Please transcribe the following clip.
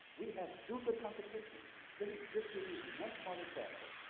we have do-good competitions. lemme just give you one small example.